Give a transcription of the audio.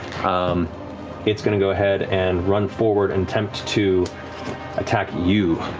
um it's going to go ahead and run forward and attempt to attack you,